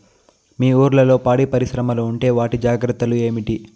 మీ ఊర్లలో పాడి పరిశ్రమలు ఉంటే వాటి జాగ్రత్తలు ఏమిటి